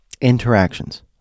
interactions